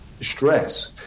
stress